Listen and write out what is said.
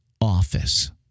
office